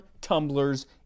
tumblers